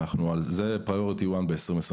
ואנחנו על זה בעדיפות ראשונה ב-2023.